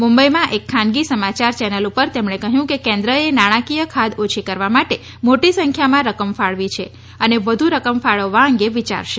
મુંબઇમાં એક ખાનગી સમાચાર ચેનલ પર તેમણે કહ્યું કે કેન્દ્રએ નાણાંકીય ખાદ્ય ઓછી કરવા માટે મોટી સંખ્યામાં રકમ ફાળવી છે અને વધુ રકમ ફાળવવા અંગે વિયારશે